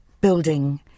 building